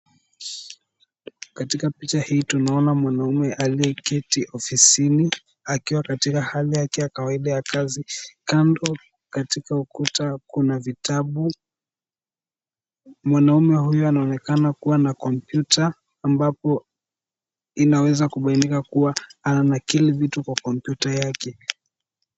Katika picha hii tunaona mwanaume aliyeketi ofisini akiwa katika hali yake ya kawaida ya kazi. Kando katika ukuta kuna vitabu. Mwanaume huyu anaonekana kuwa na kompyuta, ambapo inaweza kubainika kuwa ananakili vitu kwa kompyuta yake.